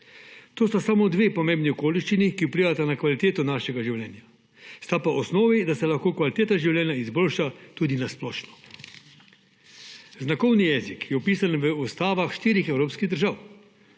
To sta samo dve pomembni okoliščini, ki vplivata na kvaliteto našega življenja, sta pa osnovi, da se lahko kvaliteta življenja izboljša tudi na splošno. Znakovni jezik je vpisan v ustavah štirih evropskih držav: